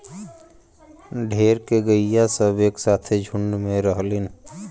ढेर के गइया सब एक साथे झुण्ड में रहलीन